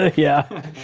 ah yeah.